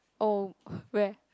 oh where